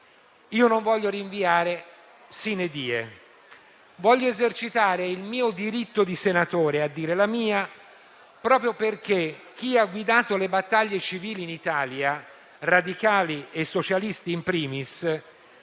e non voglio rinviare *sine die*, ma voglio esercitare il mio diritto di senatore a dire la mia, proprio perché chi ha guidato le battaglie civili in Italia, radicali e socialisti *in primis*,